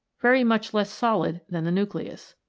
very much less solid than the nucleus.